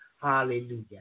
Hallelujah